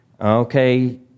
okay